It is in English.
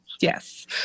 yes